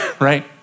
right